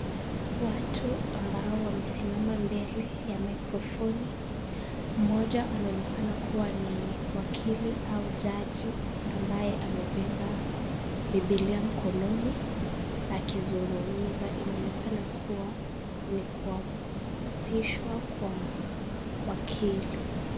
Watu ambao wamesimama mbele ya mikrofoni. Mmoja anaonekana kuwa ni wakili au jaji ambaye amebeba Bibilia mkononi akizungumza. Inaonekana kuwa ni kuapishwa kwa wakili.